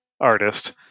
artist